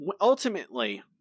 ultimately